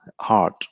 heart